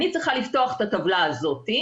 אני צריכה לפתוח את הטבלה הזאת,